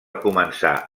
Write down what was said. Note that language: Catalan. començar